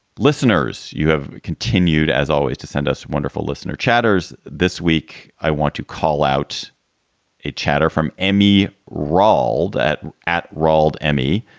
listeners, you have continued, as always, to send us a wonderful listener, chatters. this week. i want to call out a chatter from emmy ronald at at rold emmy.